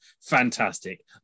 Fantastic